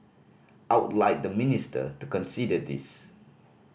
I would like the minister to consider this